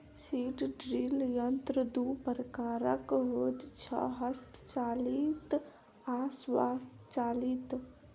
seed drill यंत्र दू प्रकारक होइत छै, हस्तचालित आ स्वचालित